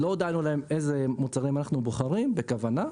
לא הודענו להם איזה מוצרים אנחנו בוחרים בכוונה.